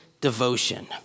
devotion